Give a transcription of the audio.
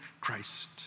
Christ